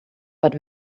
but